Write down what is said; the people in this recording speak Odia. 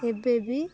କେବେ ବି